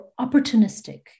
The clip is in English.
opportunistic